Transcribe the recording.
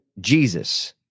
Jesus